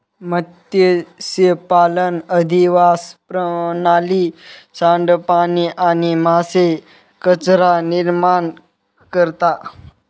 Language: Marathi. मत्स्यपालन अधिवास प्रणाली, सांडपाणी आणि मासे कचरा निर्माण करता